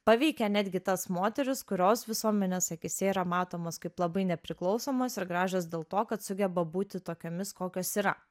paveikė netgi tas moteris kurios visuomenės akyse yra matomos kaip labai nepriklausomos ir gražios dėl to kad sugeba būti tokiomis kokios yra